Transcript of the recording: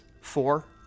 four